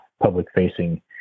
public-facing